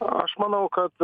aš manau kad